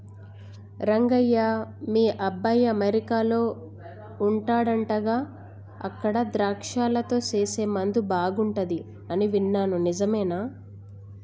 రంగయ్య మీ అబ్బాయి అమెరికాలో వుండాడంటగా అక్కడ ద్రాక్షలతో సేసే ముందు బాగుంటది అని విన్నాను నిజమేనా